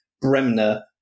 Bremner